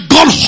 God